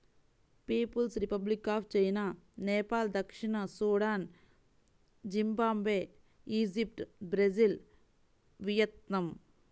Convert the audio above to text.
peoples republic of China, Nepal దక్షిణ Sudan, Zimbabwe, Egypt, Brazil, Vietnam